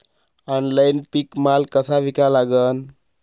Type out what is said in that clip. Online पीक माल कसा विका लागन?